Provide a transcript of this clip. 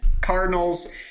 Cardinals